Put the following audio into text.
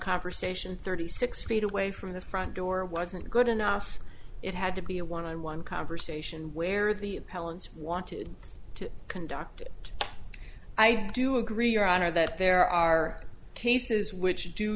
conversation thirty six feet away from the front door wasn't good enough it had to be a one on one conversation where the appellant's wanted to conduct it i do agree your honor that there are cases which do